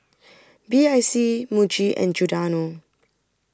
B I C Muji and Giordano